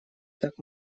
так